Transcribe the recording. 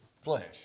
flesh